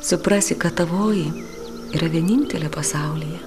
suprasi kad tavoji yra vienintelė pasaulyje